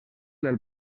del